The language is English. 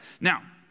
Now